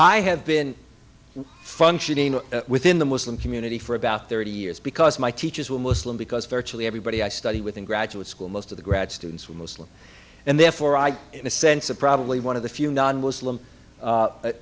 i have been functioning within the muslim community for about thirty years because my teachers were muslim because virtually everybody i studied with in graduate school most of the grad students were muslim and therefore i'm in a sense of probably one of the few non muslim